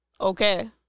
Okay